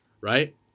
right